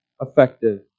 effective